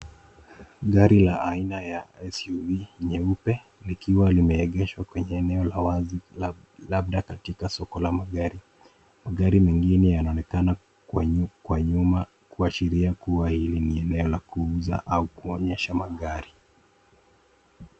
Gari la aina ya SUV nyeupe likiwa limeegeshwa kwenye eneo la wazi labda katika soko la magari. Magari mengine yanaonekana kwa nyuma kuashiria kuwa hiyo ni eneo la kuuza au kuonyesha magari.